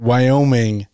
Wyoming –